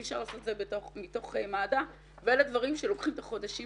אי אפשר לעשות את זה מתוך מד"א ואלה דברים שאורכים חודשים